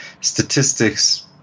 statistics